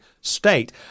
state